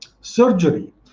surgery